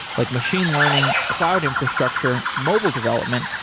like machine learning, cloud infrastructure, mobile development,